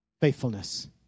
faithfulness